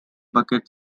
bucket